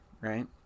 right